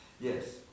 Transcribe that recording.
Yes